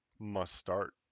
must-start